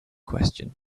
question